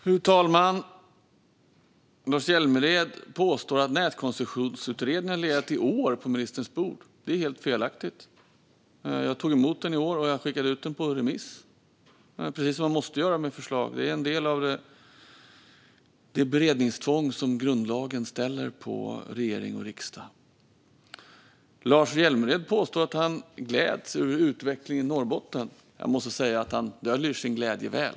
Fru talman! Lars Hjälmered påstår att Nätkoncessionsutredningen har legat i år på ministerns bord. Det är helt felaktigt. Jag tog emot den i år och skickade ut den på remiss, precis som man måste göra med förslag. Det är en del av det beredningstvång som grundlagen ställer på regering och riksdag. Lars Hjälmered påstår att han gläds över utvecklingen i Norrbotten. Jag måste säga att han döljer sin glädje väl.